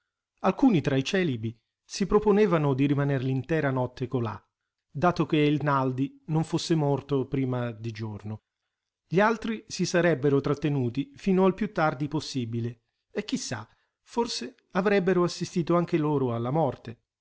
alcuni tra i celibi si proponevano di rimaner l'intera notte colà dato che il naldi non fosse morto prima di giorno gli altri si sarebbero trattenuti fino al più tardi possibile e chi sa forse avrebbero assistito anche loro alla morte